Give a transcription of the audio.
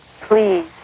Please